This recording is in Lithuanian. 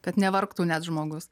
kad nevargtų net žmogus